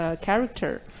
character